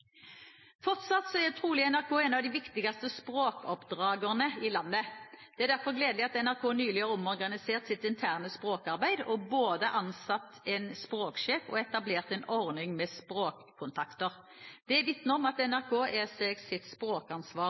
Fortsatt er trolig NRK en av de viktigste språkoppdragerne i landet. Det er derfor gledelig at NRK nylig har omorganisert sitt interne språkarbeid og både ansatt en språksjef og etablert en ordning med språkkontakter. Det vitner om at NRK er seg sitt språkansvar